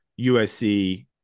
USC